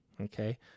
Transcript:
Okay